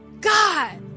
God